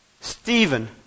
Stephen